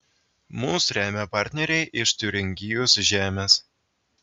mus remia partneriai iš tiuringijos žemės